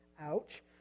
Ouch